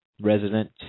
Resident